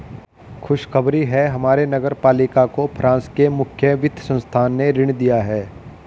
खुशखबरी है हमारे नगर पालिका को फ्रांस के मुख्य वित्त संस्थान ने ऋण दिया है